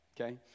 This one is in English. okay